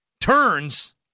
turns